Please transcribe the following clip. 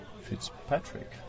Fitzpatrick